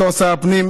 בתור שר הפנים,